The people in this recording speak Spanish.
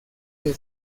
que